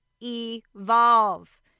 evolve